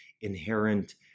inherent